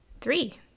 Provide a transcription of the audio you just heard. three